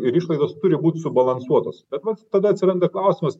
ir išlaidos turi būt subalansuotos bet vat tada atsiranda klausimas